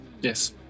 Yes